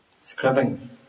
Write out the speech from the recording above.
scrubbing